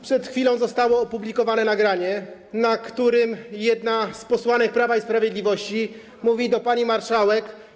Przed chwilą zostało opublikowane nagranie, na którym jedna z posłanek Prawa i Sprawiedliwości mówi do pani marszałek.